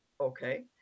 okay